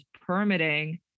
permitting